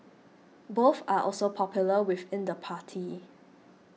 both are also popular within the party